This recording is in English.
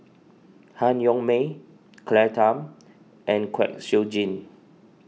Han Yong May Claire Tham and Kwek Siew Jin